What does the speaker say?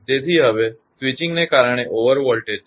તેથી હવે સ્વિચિંગ ને કારણે ઓવરવોલ્ટેજ છે